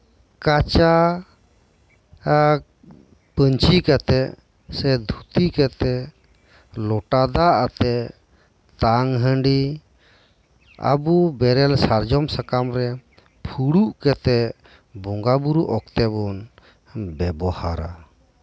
ᱠᱟᱪᱟ ᱟᱜ ᱯᱟᱺᱧᱪᱤ ᱠᱟᱛᱮᱫ ᱥᱮ ᱫᱷᱩᱛᱤ ᱠᱟᱛᱮᱫ ᱞᱚᱴᱟ ᱫᱟᱜ ᱟᱛᱮ ᱛᱟᱝ ᱦᱟᱺᱰᱤ ᱟᱵᱚ ᱵᱮᱨᱮᱞ ᱥᱟᱨᱡᱚᱢ ᱥᱟᱠᱟᱢ ᱨᱮ ᱯᱷᱩᱲᱩᱜ ᱠᱮᱛᱮᱫ ᱵᱚᱸᱜᱟ ᱵᱩᱨᱩ ᱚᱠᱛᱮᱵᱚᱱ ᱵᱮᱵᱚᱦᱟᱨᱟ